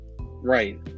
Right